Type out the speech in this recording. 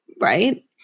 right